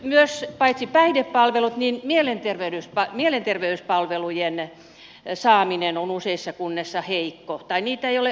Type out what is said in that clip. nyt paitsi päihdepalvelujen myös mielenterveyspalvelujen saaminen on useissa kunnissa heikkoa tai niitä ei ole ollenkaan